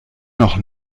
noch